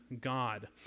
God